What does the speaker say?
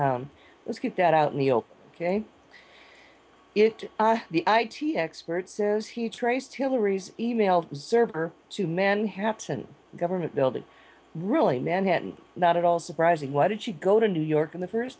that let's get that out in the open ok it the i t experts says he traced hillary's e mail server to manhattan government building really manhattan not at all surprising why did she go to new york in the first